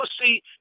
see